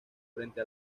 frente